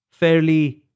fairly